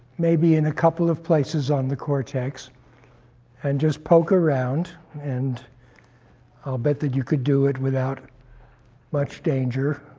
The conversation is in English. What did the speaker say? maybe in a couple of places on the cortex and just poke around, and i'll bet that you could do it without much danger